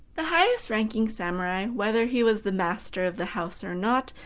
the highest-ranking samurai, whether he was the master of the house or not,